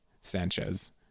Sanchez